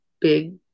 big